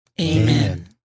Amen